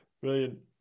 Brilliant